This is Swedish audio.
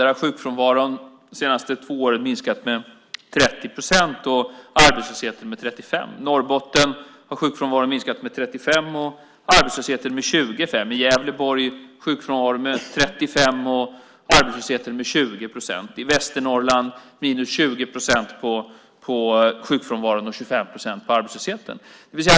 Där har sjukfrånvaron de senaste två åren minskat med 30 procent och arbetslösheten med 35 procent. I Norrbotten har sjukfrånvaron minskat med 35 procent och arbetslösheten med 25 procent. I Gävleborg har sjukfrånvaron minskat med 35 procent och arbetslösheten med 20 procent. I Västernorrland är det 20 procent på sjukfrånvaron och 25 procent på arbetslösheten.